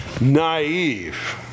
naive